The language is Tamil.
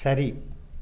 சரி